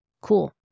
cool